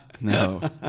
No